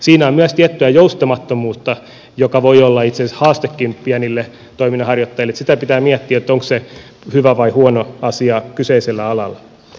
siinä on myös tiettyä joustamattomuutta joka voi olla itse asiassa haastekin pienille toiminnanharjoittajille niin että sitä pitää miettiä onko se hyvä vai huono asia kyseisellä alalla